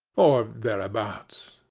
or thereabouts.